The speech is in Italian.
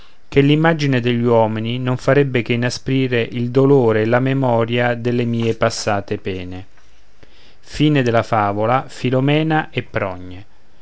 che l'immagine degli uomini non farebbe che inasprire il dolore e la memoria delle mie passate pene a